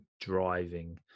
driving